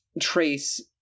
trace